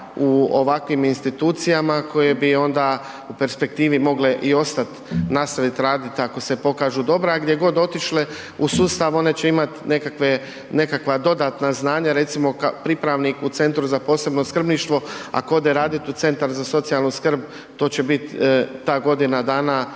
u ovakvim institucijama koje bi onda u perspektivi mogle i ostati nastaviti raditi ako se pokažu dobre, a gdje god otišle u sustav, one će imati nekakve, nekakva dodatna znanja, recimo pripravnik u Centru za posebno skrbništvo, ako ode radit u Centar za socijalnu skrb, to će biti ta godina dana